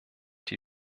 die